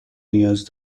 نیاز